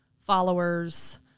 followers